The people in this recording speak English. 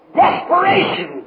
desperation